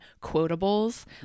quotables